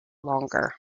longer